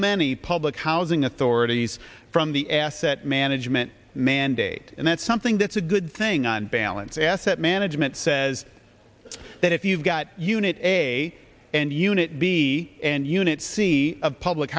many public housing authorities from the asset management mandate and that's something that good thing on balance asset management says that if you've got unit a and unit b and unit c of public